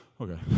okay